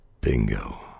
Bingo